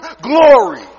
glory